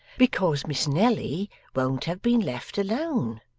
because miss nelly won't have been left alone